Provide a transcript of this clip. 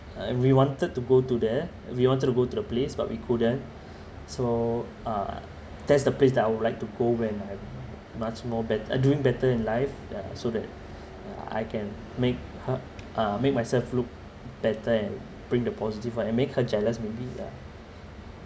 and we wanted to go to there we wanted to go to the place but we couldn't so uh that's the place that I would like to go when I'm much more bet~ uh doing better in life ya so that I can make her uh make myself look better and bring the positive and make her jealous maybe ya